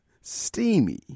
steamy